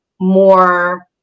more